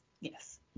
Yes